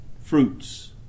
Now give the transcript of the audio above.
fruits